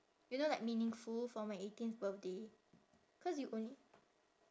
you know like meaningful for my eighteenth birthday cause you only